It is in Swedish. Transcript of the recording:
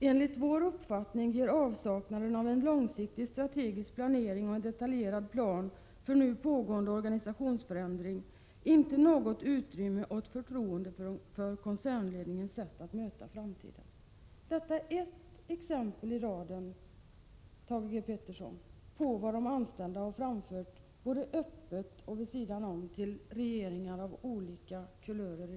Enligt vår uppfattning ger avsaknaden av en långsiktig, strategisk planering och en detaljerad plan för nu pågående organisationsförändring inte något utrymme åt förtroende för koncernledningens sätt att möta framtiden!” Detta är ett exempel av många, Thage G. Peterson, på vad de anställda framfört både i öppna brev och på annat sätt till regeringar av olika kulörer.